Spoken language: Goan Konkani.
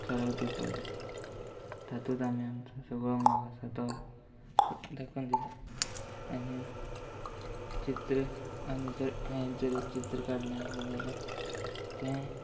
सराक दिवपाक जाय तातूंत आमी आमचो सगळो मोग आसा तो दाखोवन दिता आनी चित्र आमी जर हांवें जर चित्र काडले आसले जाल्यार तें